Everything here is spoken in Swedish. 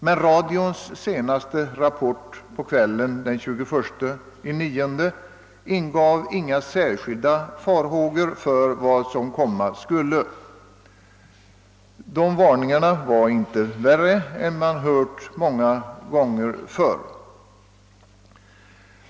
Men radions senaste rapport på kvällen den 21 september ingav inga särskilda farhågor för vad som komma skulle. De varningar som då utfärdades var inte värre än dem man hört många gånger förr.